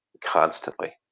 constantly